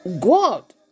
God